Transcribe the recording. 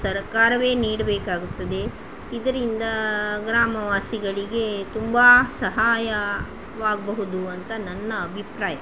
ಸರಕಾರವೇ ನೀಡಬೇಕಾಗುತ್ತದೆ ಇದರಿಂದ ಗ್ರಾಮ ವಾಸಿಗಳಿಗೆ ತುಂಬ ಸಹಾಯವಾಗಬಹುದು ಅಂತ ನನ್ನ ಅಭಿಪ್ರಾಯ